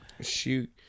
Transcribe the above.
shoot